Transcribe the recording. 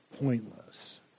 pointless